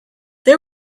they